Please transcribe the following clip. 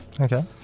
Okay